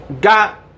got